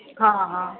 ହଁ ହଁ